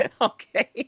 Okay